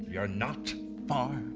you're not far